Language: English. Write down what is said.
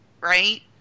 right